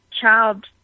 child